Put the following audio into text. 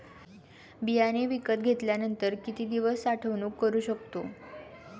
बियाणे विकत घेतल्यानंतर किती दिवस साठवणूक करू शकतो?